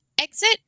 exit